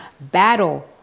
battle